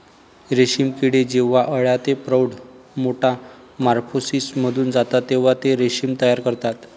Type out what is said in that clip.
रेशीम किडे जेव्हा अळ्या ते प्रौढ मेटामॉर्फोसिसमधून जातात तेव्हा ते रेशीम तयार करतात